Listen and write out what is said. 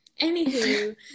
anywho